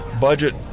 budget